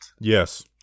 Yes